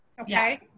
Okay